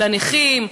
לנכים,